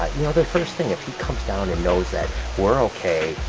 you know, the first thing. if he comes down and knows that we're okay,